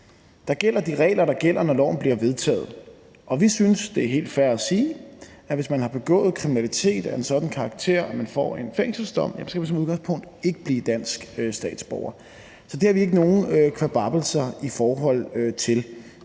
Der gælder de regler, der gælder, når lovforslaget bliver vedtaget. Og vi synes, det er helt fair at sige, at hvis man har begået kriminalitet af en sådan karakter, at man får en fængselsdom, kan man som udgangspunkt ikke blive dansk statsborger. Så det har vi ikke nogen kvababbelser i forhold til.